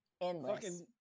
endless